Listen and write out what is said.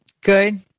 good